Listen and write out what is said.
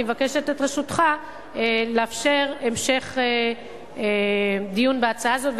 אני מבקשת את רשותך לאפשר המשך דיון בהצעה הזאת.